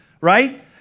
right